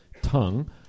tongue